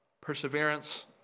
perseverance